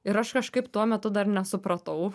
ir aš kažkaip tuo metu dar nesupratau